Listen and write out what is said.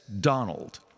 Donald